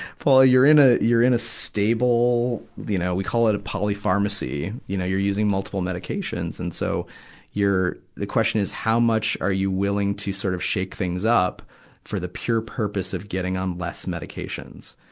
paul, ah you're in a, you're in a stable, you know, we call it a polypharmacy. you know, you're using multiple medications, and so you're, the question is how much are you willing to sort of shake things up for the pure purpose of getting on less medications.